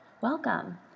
Welcome